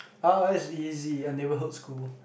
oh that's easy a neighborhood school